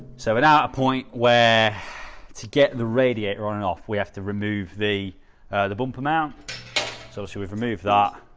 so an hour point where to get the radiator on and off we have to remove the the bumper mount so she will remove ah